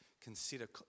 consider